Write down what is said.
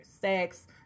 sex